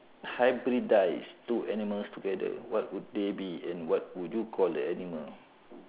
hybridise two animals together what would they be and what would you call the animal